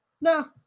No